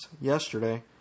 yesterday